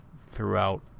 throughout